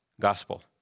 gospel